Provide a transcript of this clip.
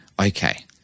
Okay